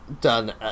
done